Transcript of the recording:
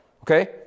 Okay